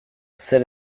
zer